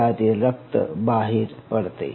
त्यातील रक्त बाहेर पडते